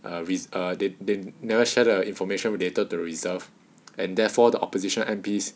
err risk or they they never share the information related to reserve and therefore the opposition M_Ps